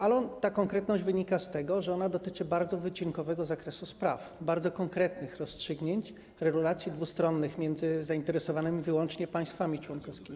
Ale ta konkretność wynika z tego, że ona dotyczy bardzo wycinkowego zakresu spraw, bardzo konkretnych rozstrzygnięć, regulacji dwustronnych między zainteresowanymi wyłącznie państwami członkowskimi.